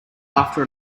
after